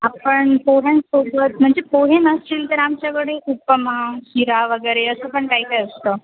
आपण पोह्यांसोबत म्हणजे पोहे नसतील तर आमच्याकडे उपमा शिरा वगैरे असं पण काय काय असतं